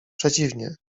przeciwnie